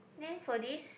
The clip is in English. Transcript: then for this